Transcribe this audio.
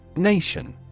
Nation